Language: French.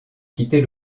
quitter